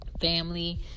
family